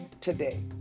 today